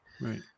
Right